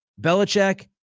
Belichick